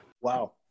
Wow